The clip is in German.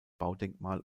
baudenkmal